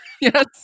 Yes